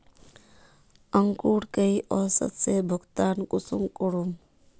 अंकूर कई औसत से भुगतान कुंसम करूम?